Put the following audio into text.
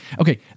okay